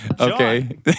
Okay